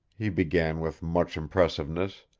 he began with much impressiveness,